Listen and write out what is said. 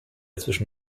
zwischen